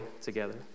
together